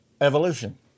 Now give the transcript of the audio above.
evolution